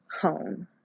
home